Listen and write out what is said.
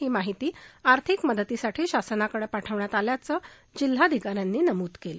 ही माहिती आर्थिक मदतीसाठी शासनाकडे पाठविण्यात आल्याचं जिल्हाधिकारी देसाई यांनी नमूद केलं